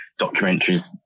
documentaries